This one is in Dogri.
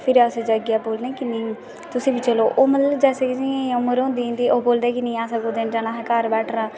फिर अस जाइयै बोलनै की किन्नी की असें उकत्थें बी चलो ते ओह् बैसे जैसी उमर होंदी अस बोलदे असें कुदै निं जाना असें घर बैठना